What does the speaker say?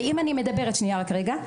עוד רגע.